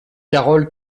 carole